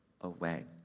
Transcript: away